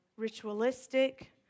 Ritualistic